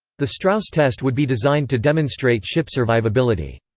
the strauss test would be designed to demonstrate ship survivability.